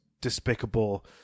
despicable